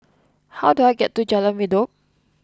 how do I get to Jalan Redop